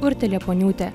urtė liepuoniūtė